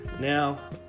now